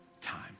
time